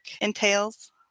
entails